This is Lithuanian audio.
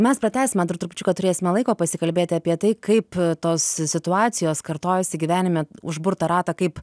mes pratęsime dar trupučiuką turėsime laiko pasikalbėti apie tai kaip tos situacijos kartojasi gyvenime užburtą ratą kaip